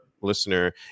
listener